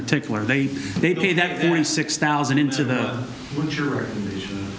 particular they they pay that six thousand into the